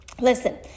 Listen